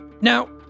Now